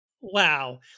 wow